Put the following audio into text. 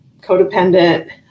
codependent